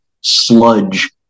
sludge